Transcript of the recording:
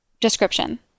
Description